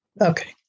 okay